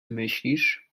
myślisz